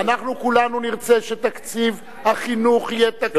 אנחנו כולנו נרצה שתקציב החינוך יהיה תקציב,